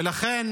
ולכן